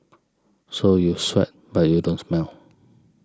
so you sweat but you don't smell